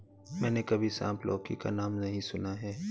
मैंने कभी सांप लौकी का नाम नहीं सुना है